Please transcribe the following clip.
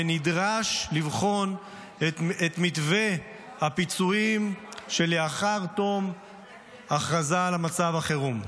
ונדרש לבחון את מתווה הפיצויים שלאחר תום ההכרזה על מצב החירום.